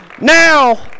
Now